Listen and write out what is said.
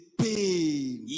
pain